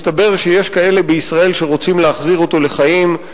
מסתבר שיש כאלה בישראל שרוצים להחזיר אותו לחיים.